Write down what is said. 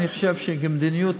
אני חושב שכמדיניות,